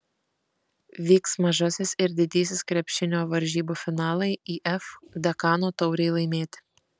vyks mažasis ir didysis krepšinio varžybų finalai if dekano taurei laimėti